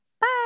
Bye